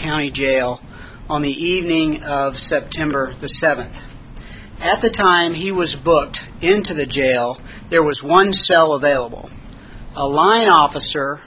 county jail on the evening of september the seventh at the time he was booked into the jail there was one cell available a line officer